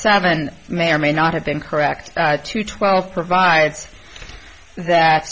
seven may or may not have been correct to twelve provides that